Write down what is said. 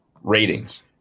ratings